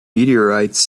meteorites